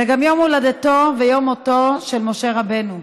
זה גם יום הולדתו ויום מותו של משה רבנו.